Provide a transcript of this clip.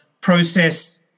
process